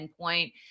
endpoint